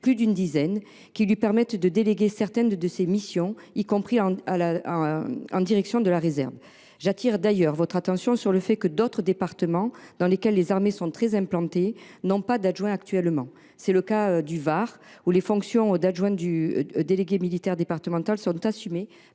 plus d’une dizaine –, qui lui permettent de déléguer certaines de ses missions, y compris en direction de la réserve. J’appelle d’ailleurs votre attention sur le fait que d’autres départements, dans lesquels les armées sont très implantées, n’ont pas d’adjoint actuellement. C’est le cas du Var, où les fonctions d’adjoint du délégué militaire départemental sont assumées